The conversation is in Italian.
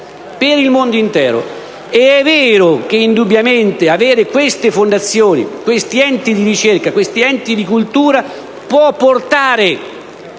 per il mondo intero. È indubbiamente vero che avere queste fondazioni, questi enti di ricerca, questi enti di cultura può portare,